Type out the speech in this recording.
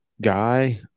guy